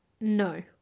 No